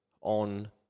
on